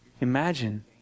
Imagine